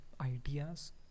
ideas